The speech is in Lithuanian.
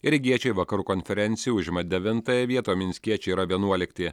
rygiečiai vakarų konferencijoj užima devintąją vietą o minskiečiai yra vienuolikti